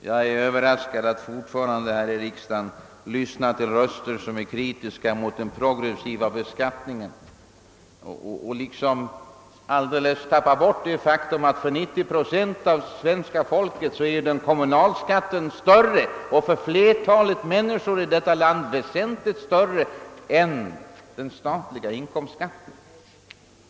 Jag är överraskad av att man fortfarande här i riksdagen kan lyssna till talare som är kritiska mot den progressiva beskattningen och liksom alldeles tappar bort det faktum, att för 90 procent av svenska folket är kommunalskatten större — för flertalet människor i detta land väsentligt större — än den statliga inkomstskatten.